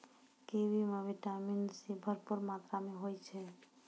kiwi म vitamin C भरपूर मात्रा में होय छै